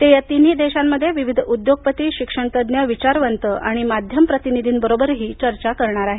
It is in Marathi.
ते या तिन्ही देशांमध्ये विविध उद्योगपती शिक्षण तज्ज्ञ विचारवंत आणि माध्यम प्रतिनिधींबरोबरही चर्चा करतील